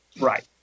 right